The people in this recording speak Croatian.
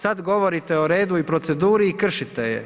Sad govorite o redu i proceduri i kršite je.